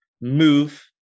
move